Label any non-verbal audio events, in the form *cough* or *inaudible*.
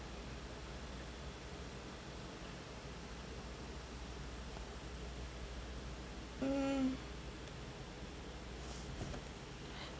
hmm *breath*